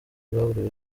baburiwe